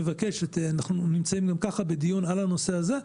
אנחנו נמצאים גם ככה בדיון על הנושא הזה.